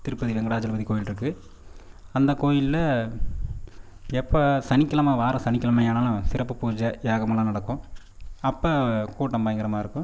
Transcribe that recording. திருப்பதி வெங்கடாஜலபதி கோவிலு இருக்குது அந்த கோயிலில் எப்போ சனிக்கிழமை வாரம் சனிக்கிழமை ஆனாலும் சிறப்பு பூஜை யாகமெல்லாம் நடக்கும் அப்போ கூட்டம் பயங்கரமாக இருக்கும்